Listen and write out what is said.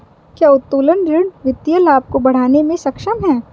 क्या उत्तोलन ऋण वित्तीय लाभ को बढ़ाने में सक्षम है?